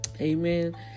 amen